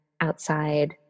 outside